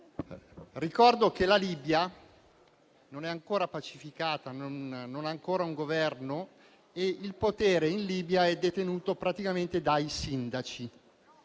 loro che la Libia non è ancora pacificata, non ha ancora un Governo e il potere è detenuto praticamente dalle